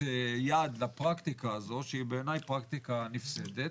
יד לפרקטיקה הזאת שבעיניי היא פרקטיקה נפסדת.